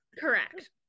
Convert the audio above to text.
Correct